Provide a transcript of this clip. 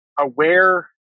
aware